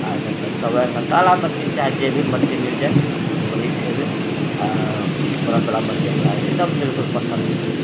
आओर नहि तऽ कब्बै हमरा कालामे मछलीमे चाहे जेभी मछली मिलि जाइ वएह खेबै आओर बरफवला मछली हमरा एकदम बिल्कुल पसन्द नहि छै